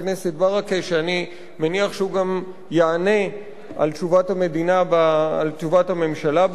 שאני מניח שהוא גם יענה על תשובת הממשלה בעניין הזה.